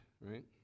right